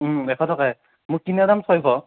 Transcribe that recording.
এশ টকাই মোৰ কিনা দাম ছয়শ